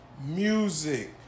music